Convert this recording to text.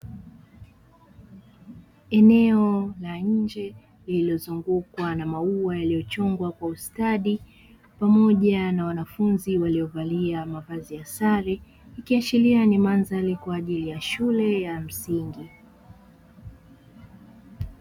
Eneo la nje lililozungukwa na maua yaliyochongwa kwa ustadi, pamoja na wanafunzi waliovalia mavazi ya sare, ikiashiria ni mandhari kwa ajili ya shule ya msingi.